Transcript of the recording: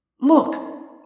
Look